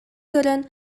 көрөн